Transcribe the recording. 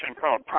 called